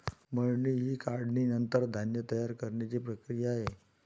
मळणी ही काढणीनंतर धान्य तयार करण्याची प्रक्रिया आहे